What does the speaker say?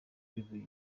twivuye